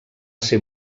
ser